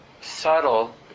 subtle